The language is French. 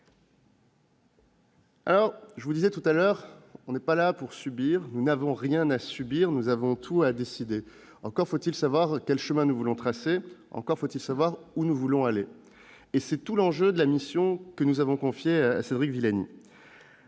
ailleurs. Je le répète, nous ne sommes pas là pour subir, nous n'avons rien à subir, nous avons tout à décider. Encore faut-il savoir quel chemin nous voulons tracer. Encore faut-il savoir où nous voulons aller. C'est tout l'enjeu de la mission que nous avons confiée à Cédric Villani.